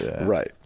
Right